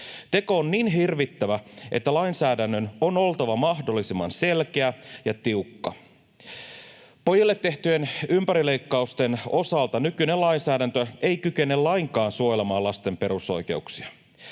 Teko on niin hirvittävä, että lainsäädännön on oltava mahdollisimman selkeä ja tiukka. Pojille tehtyjen ympärileikkausten osalta nykyinen lainsäädäntö ei kykene lainkaan suojelemaan lasten perusoikeuksia.